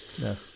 no